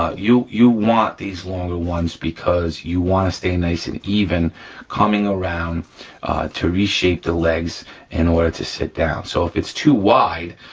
ah you you want these longer ones because you wanna stay nice and even coming around to reshape the legs in order to sit down. so if it's too wide,